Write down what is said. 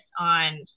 on